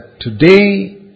today